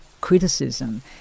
criticism